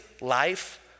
life